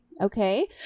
Okay